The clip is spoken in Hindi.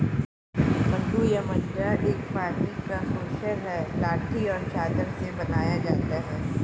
मड्डू या मड्डा एक पानी का कोर्स है लाठी और चादर से बनाया जाता है